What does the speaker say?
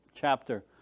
chapter